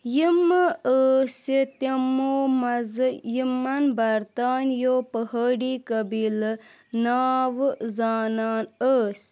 یِمہٕ ٲسہِ تِمَو منٛز یِمن برطانیَو پہٲڑی قبیلہٕ نٲوٕ زانان ٲسۍ